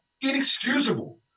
inexcusable